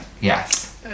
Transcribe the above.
Yes